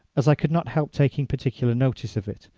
as i could not help taking particular notice of it,